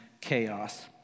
chaos